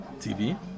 TV